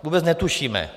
Vůbec netušíme.